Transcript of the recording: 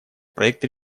проект